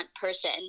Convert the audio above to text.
person